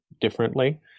differently